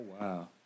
wow